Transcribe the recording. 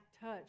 touch